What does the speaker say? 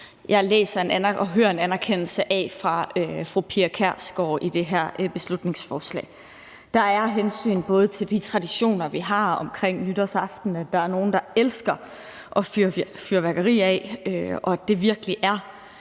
og hører en anerkendelse af fra fru Pia Kjærsgaard i det her beslutningsforslag. Der er både et hensyn til de traditioner, vi har omkring nytårsaften, altså at der er nogle, der elsker at fyre fyrværkeri af, og at det virkelig er